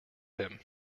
him